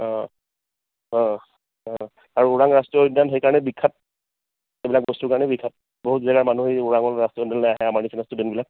অঁ অঁ অঁ আৰু ওৰাং ৰাষ্ট্ৰীয় উদ্যান সেইকাৰণে বিখ্যাত এইবিলাক বস্তুৰ কাৰণে বিখ্যাত বহুত জাগাৰ মানুহ আহি ওৰাং ৰাষ্ট্ৰীয় উদ্যানলে আহে আমাৰ নিচিনা ষ্টুডেন্টবিলাক